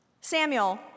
Samuel